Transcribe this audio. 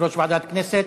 יושב-ראש ועדת הכנסת.